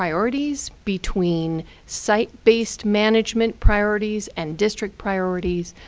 priorities between site-based management priorities and district priorities,